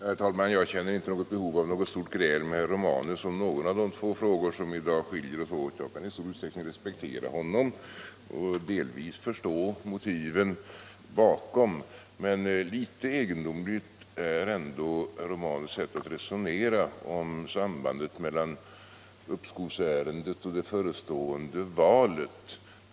Herr talman! Jag känner inte något behov av ett stort gräl med herr Romanus när det gäller någon av de två frågor som i dag skiljer oss åt. Jag kan i stor utsträckning respektera herr Romanus ståndpunkter och delvis förstå motiven bakom dem, men litet egendomligt är ändå hans sätt att resonera om sambandet mellan uppskovsärendet och det förestående valet.